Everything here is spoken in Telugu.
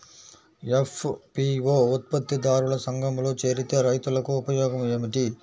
ఎఫ్.పీ.ఓ ఉత్పత్తి దారుల సంఘములో చేరితే రైతులకు ఉపయోగము ఏమిటి?